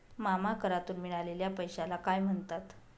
मामा करातून मिळालेल्या पैशाला काय म्हणतात?